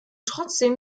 trotzdem